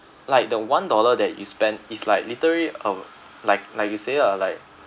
like the one dollar that you spent is like literally of like like you say lah like